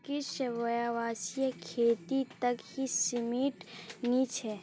कृषि व्यवसाय खेती तक ही सीमित नी छे